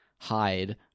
hide